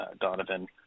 Donovan